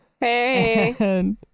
Hey